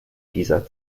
dieser